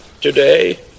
Today